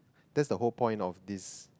that's the whole point of this